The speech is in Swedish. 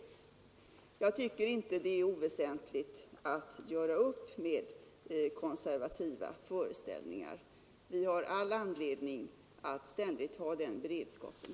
Jag tycker inte det är oväsentligt att göra upp med konservativa föreställningar. Vi har all anledning att ständigt ha den beredskapen.